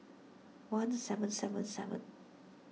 one seven seven seven